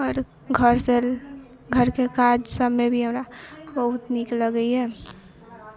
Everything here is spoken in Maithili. आओर घर से घर के काज सब मे भी हमरा बहुत नीक लगैया